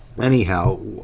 anyhow